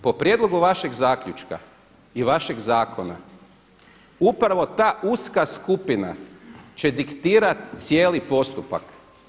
Po prijedlogu vašeg zaključka i vašeg zakona upravo ta uska skupina će diktirat taj postupak.